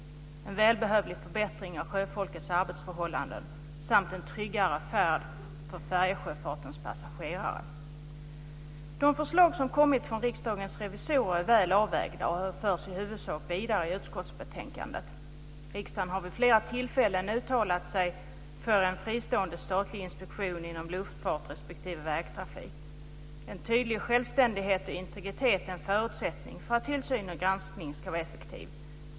Det skulle bli en välbehövlig förbättring av sjöfolkets arbetsförhållanden samt en tryggare färd för färjesjöfartens passagerare. De förslag som har kommit från Riksdagens revisorer är väl avvägda och förs i huvudsak vidare i utskottsbetänkandet. Riksdagen har vid flera tillfällen uttalat sig för en fristående statlig instruktion inom luftfart respektive vägtrafik. Tydlig självständighet och integritet är en förutsättning för att tillsynen och granskningen ska vara effektiv.